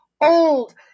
Old